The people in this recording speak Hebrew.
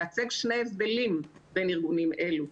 והצג שני הבדלים בין ארגונים אלה.